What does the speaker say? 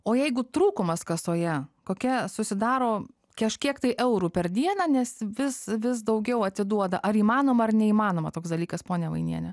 o jeigu trūkumas kasoje kokia susidaro kažkiek tai eurų per dieną nes vis vis daugiau atiduoda ar įmanoma ar neįmanoma toks dalykas ponia vainiene